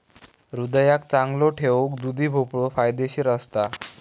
हृदयाक चांगलो ठेऊक दुधी भोपळो फायदेशीर असता